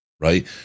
Right